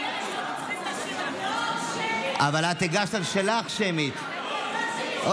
שמית, אני הגשתי בשם גדעון ובשם האופוזיציה.